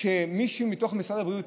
כשמישהו מתוך משרד הבריאות